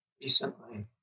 recently